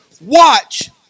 Watch